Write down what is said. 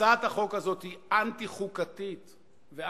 הצעת החוק הזאת היא אנטי-חוקתית ואנטי-פרלמנטרית.